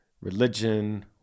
Religion